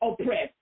oppressed